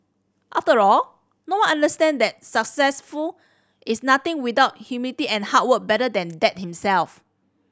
after all no one understand that successful is nothing without humility and hard work better than Dad himself